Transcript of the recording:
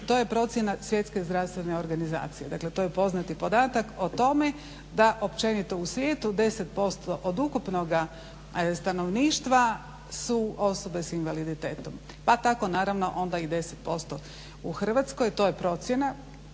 To je procjena Svjetske zdravstvene organizacije. Dakle, to je poznati podatak o tome da općenito u svijetu 10% od ukupnoga stanovništva su osobe sa invaliditetom, pa tako naravno onda i 10% u Hrvatskoj. To je procjena.